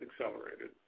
accelerated